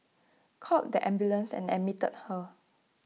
called the ambulance and admitted her